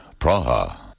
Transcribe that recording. Praha